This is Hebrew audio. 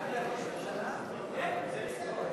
הצעת סיעות יהדות התורה מרצ להביע אי-אמון בממשלה לא נתקבלה.